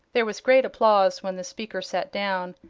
there was great applause when the speaker sat down.